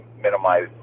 minimize